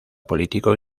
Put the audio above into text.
político